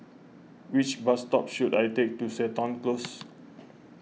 which bus dog should I take to Seton Close